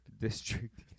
District